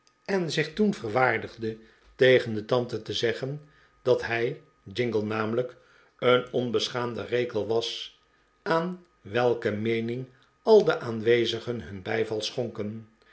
en zich toen verwaardigde tegen de tante te zeggen dat hij jingle namelijk een onbeschaamde rekel was aan welke meening al de aanwezigen hun bijval schonken